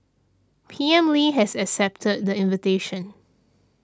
P M Lee has accepted the invitation